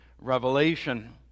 Revelation